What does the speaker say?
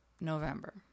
November